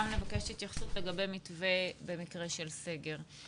נבקש התייחסות לגבי מתווה במקרה של סגר.